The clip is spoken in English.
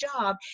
job